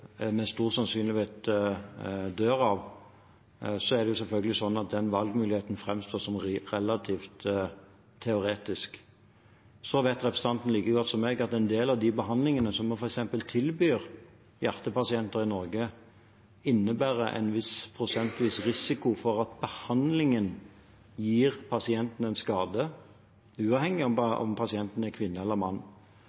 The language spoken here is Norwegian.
med stor sannsynlighet dør av, er det selvfølgelig sånn at den valgmuligheten framstår som relativt teoretisk. Så vet representanten like godt som meg at en del av de behandlingene som vi f.eks. tilbyr hjertepasienter i Norge, innebærer en viss prosentvis risiko for at behandlingen gir pasienten en skade, uavhengig av om